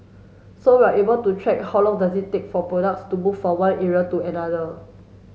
so we're able to track how long does it take for products to move from one area to another